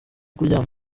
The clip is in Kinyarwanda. kuryama